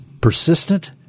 persistent